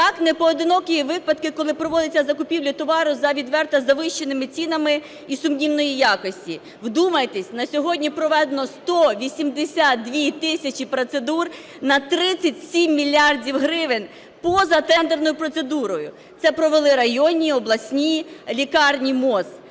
Так, непоодинокі випадки, коли проводяться закупівлі товару за відверто завищеними цінами і сумнівної якості. Вдумайтесь, на сьогодні проведено 182 тисячі процедур на 37 мільярдів гривень поза тендерною процедурою. Це провели районні і обласні лікарні МОЗ.